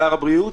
שר הבריאות,